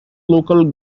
local